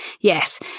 Yes